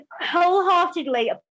wholeheartedly